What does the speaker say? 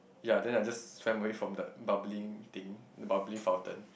ya then I just swam away from the bubbling thing the bubbly fountain